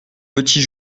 petit